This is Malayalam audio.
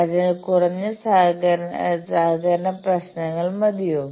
അതിനാൽ കുറഞ്ഞ സഹകരണ പ്രവർത്തനങ്ങൾ മതിയോ